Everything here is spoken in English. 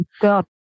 God